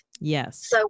Yes